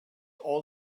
all